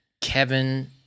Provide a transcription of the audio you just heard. Kevin